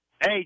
Hey